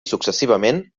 successivament